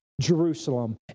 Jerusalem